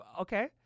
okay